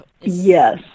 Yes